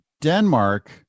Denmark